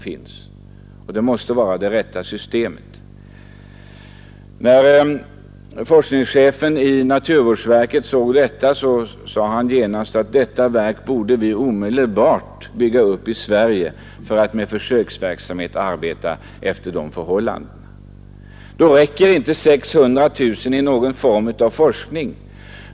Detta måste vara det rätta systemet. När forskningschefen vid naturvårdsverket såg verket, sade han att vi omedelbart borde bygga upp ett sådant verk i Sverige för att bedriva försöksverksamhet. 600 000 kronor räcker inte till någon form av forskning.